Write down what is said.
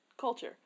culture